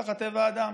ככה טבע האדם,